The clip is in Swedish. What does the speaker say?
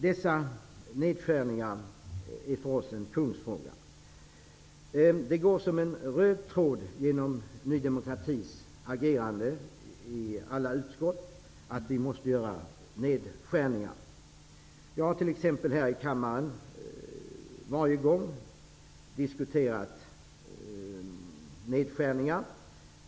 Dessa nedskärningar är för oss en kungsfråga. Det går som en röd tråd genom Ny demokratis agerande i alla utskott att vi måste göra nedskärningar. Jag har t.ex. här i kammaren varje gång jag har haft tillfälle diskuterat nedskärningar.